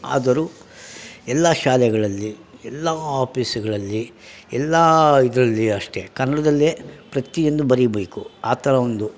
ಆದರು ಎಲ್ಲಾ ಶಾಲೆಗಳಲ್ಲಿ ಎಲ್ಲಾ ಆಪೀಸುಗಳಲ್ಲಿ ಎಲ್ಲಾ ಇದರಲ್ಲಿ ಅಷ್ಟೆ ಕನ್ನಡದಲ್ಲೇ ಪ್ರತಿಯೊಂದು ಬರೀಬೇಕು ಆ ಥರ ಒಂದು